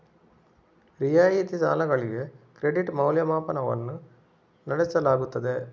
ರಿಯಾಯಿತಿ ಸಾಲಗಳಿಗೆ ಕ್ರೆಡಿಟ್ ಮೌಲ್ಯಮಾಪನವನ್ನು ನಡೆಸಲಾಗುತ್ತದೆ